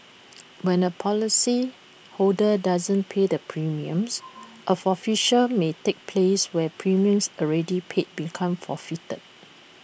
when A policyholder does not pay the premiums A forfeiture may take place where premiums already paid become forfeited